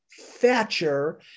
Thatcher